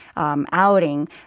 Outing